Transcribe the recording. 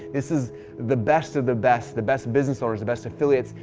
this is the best of the best, the best business owners, the best affiliates,